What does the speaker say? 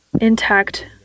intact